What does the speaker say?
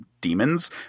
demons